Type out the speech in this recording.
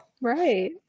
Right